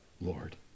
Lord